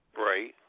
right